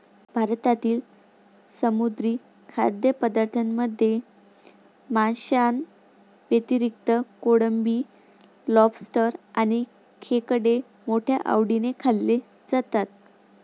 भारतातील समुद्री खाद्यपदार्थांमध्ये माशांव्यतिरिक्त कोळंबी, लॉबस्टर आणि खेकडे मोठ्या आवडीने खाल्ले जातात